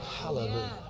Hallelujah